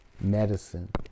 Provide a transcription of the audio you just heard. medicine